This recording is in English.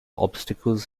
obstacles